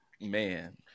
Man